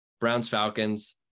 Browns-Falcons